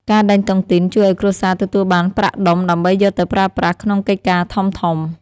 ការដេញតុងទីនជួយឱ្យគ្រួសារទទួលបានប្រាក់ដុំ ដើម្បីយកទៅប្រើប្រាស់ក្នុងកិច្ចការធំៗ។